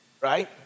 Right